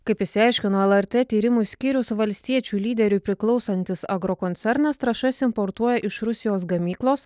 kaip išsiaiškino lrt tyrimų skyrius valstiečių lyderiui priklausantis agrokoncernas trąšas importuoja iš rusijos gamyklos